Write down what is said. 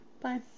Bye